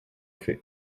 fait